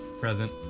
present